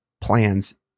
plans